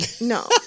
No